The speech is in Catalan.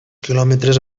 quilòmetres